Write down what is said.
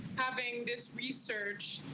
having this research.